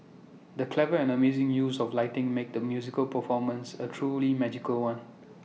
the clever and amazing use of lighting made the musical performance A truly magical one